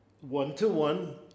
one-to-one